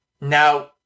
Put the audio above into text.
Now